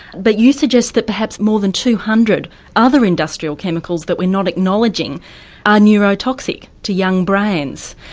but you suggest that perhaps more than two hundred other industrial chemicals that we're not acknowledging are neurotoxic to young brains.